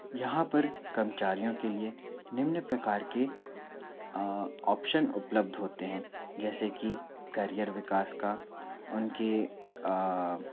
यहाँ पर कर्मचारियों के लिए निम्न प्रकार के ऑप्शन उपलब्ध होते हैं जैसे कि करियर विकास का उनके